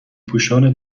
پوشان